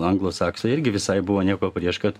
anglosaksai irgi visai buvo nieko prieš kad